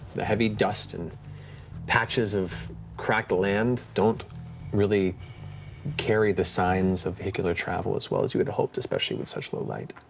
the heavy dust, and patches of cracked land don't really carry the signs of vehicular travel as well as you had hoped, especially with such low light.